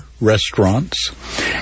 restaurants